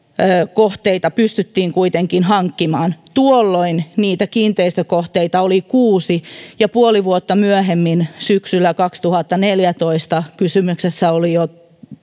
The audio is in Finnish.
kohteita pystyttiin kuitenkin hankkimaan tuolloin niitä kiinteistökohteita oli kuusi ja puoli vuotta myöhemmin syksyllä kaksituhattaneljätoista kysymyksessä oli jo